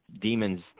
demons